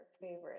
favorite